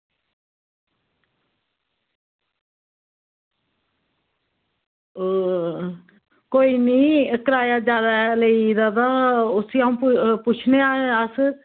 कोई निं किराया जादै लेई गेदा तां उसी पुच्छनेआं अस